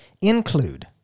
include